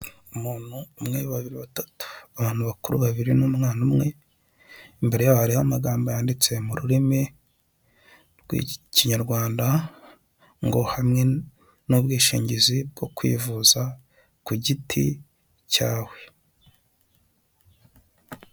Umuntu, umwe, babiri, batatu. Abantu bakuru babiri, n'umwana umwe, imbere yabo hariho amagambo yanditse mu rurimi rw'ikinyarwanda, ngo hamwe n'ubwishingizi bwo kwivuza ku giti cyawe.